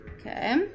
Okay